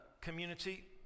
community